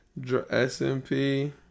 SMP